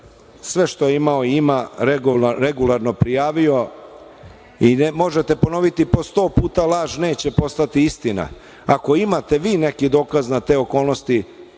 sve što je imao i ima regularno prijavio. Možete ponoviti po sto puta laž, neće postati istina. Ako imate vi neki dokaz na te okolnosti,